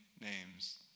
names